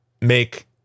make